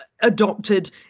adopted